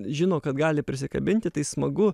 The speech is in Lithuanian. žino kad gali prisikabinti tai smagu